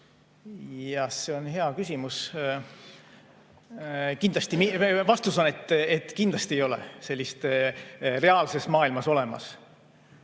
Jah, see on hea küsimus. Vastus on, et kindlasti ei ole sellist reaalses maailmas olemas.